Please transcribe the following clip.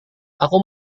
aku